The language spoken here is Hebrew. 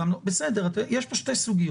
הוא באמת שומר סף אבל יש פה תפקיד מהותי.